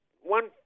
one